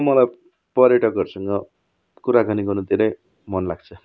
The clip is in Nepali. मलाई पर्यटकहरूसँग कुराकानी गर्नु धेरै मन लाग्छ